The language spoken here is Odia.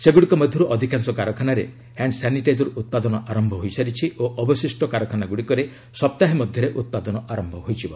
ସେଗୁଡ଼ିକ ମଧ୍ୟରୁ ଅଧିକାଂଶ କାରକାନାରେ ହ୍ୟାଣ୍ଡ ସାନିଟାଇଜର ଉତ୍ପାଦନ ଆରମ୍ଭ ହୋଇସାରିଛି ଓ ଅବଶିଷ୍ଟ କାରଖାନାଗ୍ରଡ଼ିକରେ ସପ୍ତାହେ ମଧ୍ୟରେ ଉତ୍ପାଦନ ଆରମ୍ଭ ହୋଇଯିବ